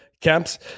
camps